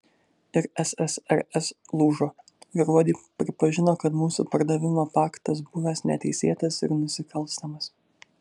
ir ssrs lūžo gruodį pripažino kad mūsų pardavimo paktas buvęs neteisėtas ir nusikalstamas